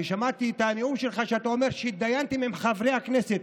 ושמעתי את הנאום שלך שאתה אמרת שהתדיינתם עם חברי הכנסת.